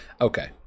Okay